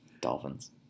Dolphins